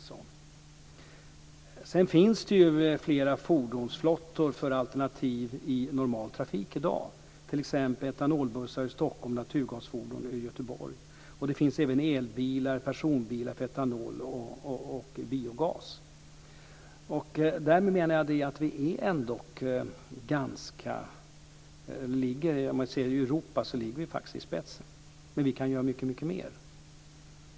Sedan finns det flera fordonsflottor för alternativ i normal trafik i dag. Vi har t.ex. etanolbussar i Stockholm och naturgasfordon i Göteborg. Det finns även elbilar och personbilar för etanol och biogas. Jag menar att vi faktiskt ligger i spetsen i Europa här, men vi kan göra mycket mer.